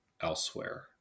elsewhere